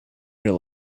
her